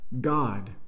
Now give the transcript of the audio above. God